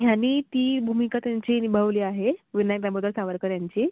ह्यांनी ती भूमिका त्यांची निभावली आहे विनायक दामोदर सावरकर यांची